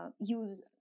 use